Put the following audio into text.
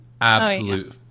absolute